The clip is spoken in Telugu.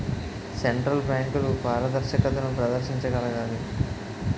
సెంట్రల్ బ్యాంకులు పారదర్శకతను ప్రదర్శించగలగాలి